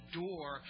door